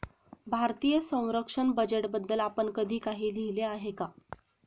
भारतीय संरक्षण बजेटबद्दल आपण कधी काही लिहिले आहे का?